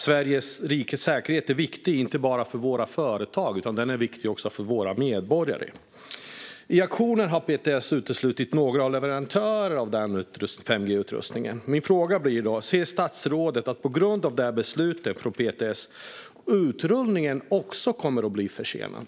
Sveriges rikes säkerhet är viktig inte bara för våra företag utan också för våra medborgare. I auktionen har PTS uteslutit några leverantörer av 5G-utrustning. Ser statsrådet att det på grund av det beslutet från PTS finns risk att också utrullningen blir försenad?